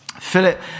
Philip